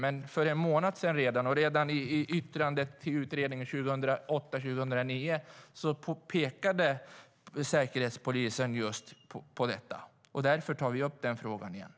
Men redan för en månad sedan och redan i yttrandet över utredningen 2008 eller 2009 pekade Säkerhetspolisen just på detta. Därför tar vi upp frågan igen.